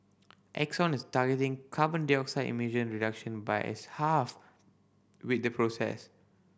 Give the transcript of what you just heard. Exxon is targeting carbon dioxide emission reduction by as half with the process